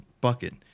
bucket